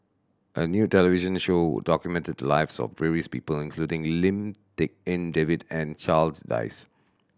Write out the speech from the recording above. a new television show documented the lives of various people including Lim Tik En David and Charles Dyce